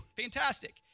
fantastic